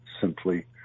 simply